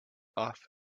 off